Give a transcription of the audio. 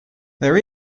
there